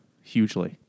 hugely